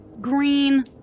green